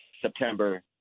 September